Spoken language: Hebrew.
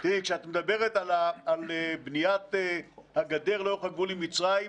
כשאת מדברת על בניית הגדר לאורך הגבול עם מצרים,